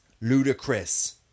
ludicrous